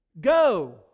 go